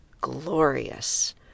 glorious